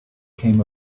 came